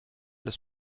des